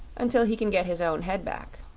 until he can get his own head back.